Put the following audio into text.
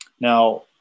Now